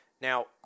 Now